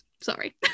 sorry